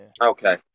Okay